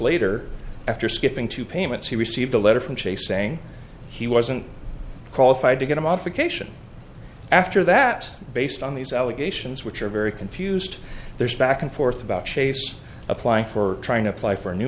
later after skipping two payments he received a letter from chase saying he wasn't qualified to get a modification after that based on these allegations which are very confused there's a back and forth about chase applying for trying to apply for a new